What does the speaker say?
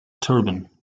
turban